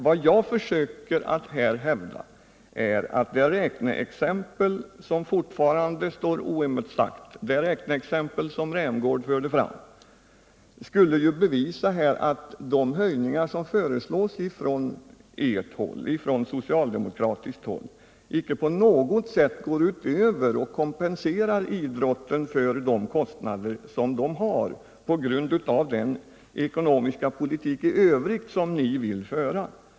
Vad jag försöker hävda är att det räkneexempel som Rolf Rämgård tog upp och som fortfarande står oemotsagt bevisar att de höjningar som föreslås från socialdemokratiskt håll icke på något sätt kompenserar idrotten för de kostnader den får på grund av den ekonomiska politik i övrigt som ni vill föra.